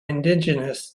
indigenous